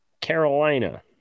Carolina